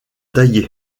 taillé